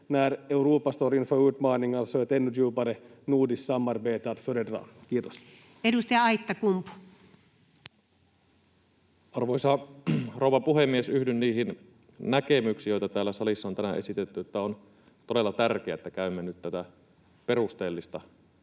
när Europa står inför utmaningar är ett ännu djupare nordiskt samarbete att föredra. — Kiitos. Edustaja Aittakumpu. Arvoisa rouva puhemies! Yhdyn niihin näkemyksiin, joita täällä salissa on tänään esitetty, että on todella tärkeää, että käymme nyt tätä perusteellista